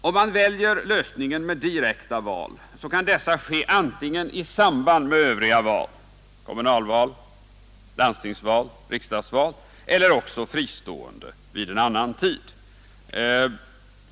Om man väljer lösningen med direkta val, så kan dessa ske antingen i samband med övriga val — kommunalval, landstingsval, riksdagsval — eller också fristående vid en annan tidpunkt.